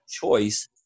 choice